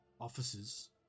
offices